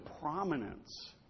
prominence